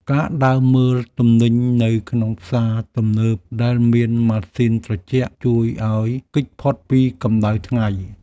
ការដើរមើលទំនិញនៅក្នុងផ្សារទំនើបដែលមានម៉ាស៊ីនត្រជាក់ ជួយឱ្យគេចផុតពីកម្តៅថ្ងៃ។